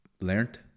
learned